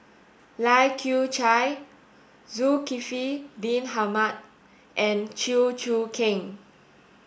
Kai Kew Chai Zulkifli bin Mohamed and Chew Choo Keng